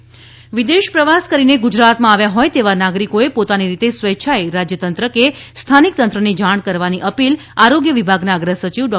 ડૉ Jayanti Ravi appeal વિદેશ પ્રવાસ કરીને ગુજરાતમાં આવ્યા હોય તેવા નાગરિકોએ પોતાની રીતે સ્વેચ્છા એ રાજ્ય તંત્ર કે સ્થાનિક તંત્રને જાણ કરવાની અપીલ આરોગ્ય વિભાગના અગ્ર સચિવ ડૉ